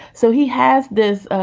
so he has this,